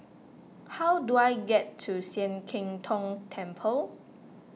how do I get to Sian Keng Tong Temple